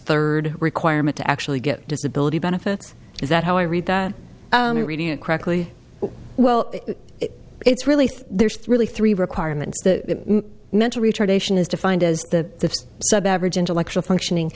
third requirement to actually get disability benefits is that how i read reading it correctly well it's really there's really three requirements that mental retardation is defined as the sub average intellectual functioning